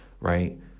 right